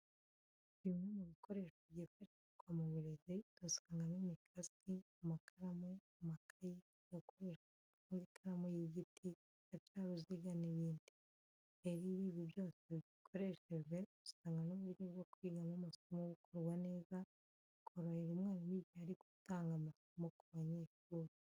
Bimwe mu bikoresho byifashishwa mu burezi dusangamo imikasi, amakaramu, amakayi, agakoresho gaconga ikaramu y'igiti, agacaruziga n'ibindi. Rero iyo ibi byose bikoreshejwe, usanga n'uburyo bwo kwigamo amasomo bukorwa neza bikorohera umwarimu igihe ari gutanga amasomo ku banyeshuri.